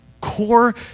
core